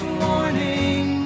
warning